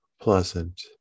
pleasant